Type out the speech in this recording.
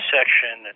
Section